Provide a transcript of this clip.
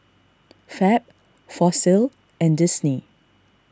Fab Fossil and Disney